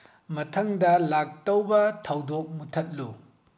ꯃꯊꯪꯗ ꯂꯥꯛꯇꯧꯕ ꯊꯧꯗꯣꯛ ꯃꯨꯊꯠꯂꯨ